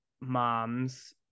mom's